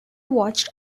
watched